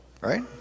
right